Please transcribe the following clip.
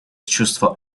чувства